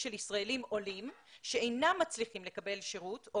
של ישראלים עולים שאינם מצליחים לקבל שירות,